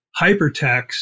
hypertext